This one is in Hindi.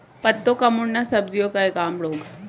पत्तों का मुड़ना सब्जियों का एक आम रोग है